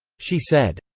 she said,